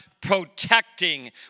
protecting